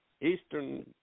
Eastern